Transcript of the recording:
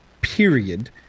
period